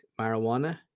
marijuana